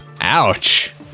Ouch